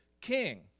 king